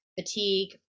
fatigue